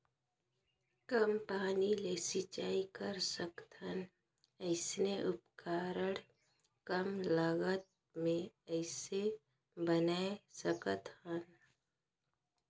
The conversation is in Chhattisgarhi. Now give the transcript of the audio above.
कम पानी ले सिंचाई कर सकथन अइसने उपकरण कम लागत मे कइसे बनाय सकत हन?